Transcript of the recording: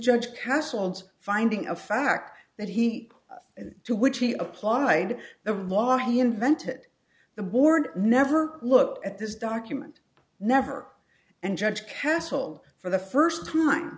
judge caseloads finding of fact that he as to which he applied the law he invented the board never looked at this document never and judge castle for the first time